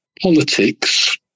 politics